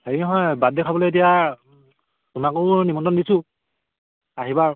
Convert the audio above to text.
হেৰি নহয় বাৰ্থডে খাবলৈ এতিয়া আপোনাকো নিমন্ত্ৰণ দিছোঁ আহিবা আৰু